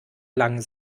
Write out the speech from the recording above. lange